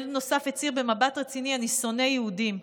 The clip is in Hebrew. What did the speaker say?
ילד נוסף הצהיר במבט רציני: אני שונא יהודים.